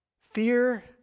Fear